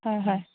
হয় হয়